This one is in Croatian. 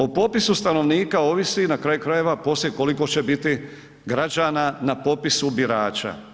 O popisu stanovnika ovisi, na kraju krajeva, poslije, koliko će biti građana na popisu birača.